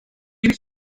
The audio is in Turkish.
biri